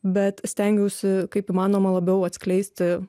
bet stengiausi kaip įmanoma labiau atskleisti